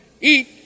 eat